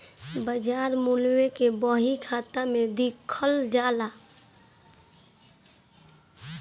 बाजार मूल्य के बही खाता में लिखल जाला